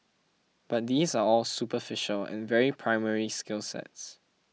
but these are all superficial and very primary skill sets